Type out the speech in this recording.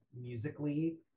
musically